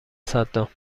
صدام